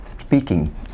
speaking